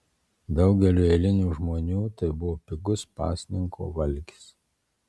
daugeliui eilinių žmonių tai buvo pigus pasninko valgis